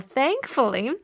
thankfully